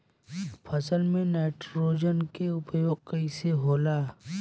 फसल में नाइट्रोजन के उपयोग कइसे होला?